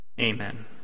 Amen